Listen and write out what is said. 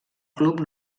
club